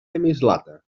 mislata